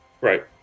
right